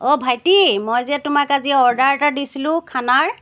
অঁ ভাইটি মই যে তোমাক আজি অৰ্ডাৰ এটা দিছিলোঁ খানাৰ